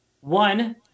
one